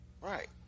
Right